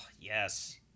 yes